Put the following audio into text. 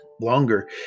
longer